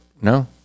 No